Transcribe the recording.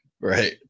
Right